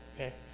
okay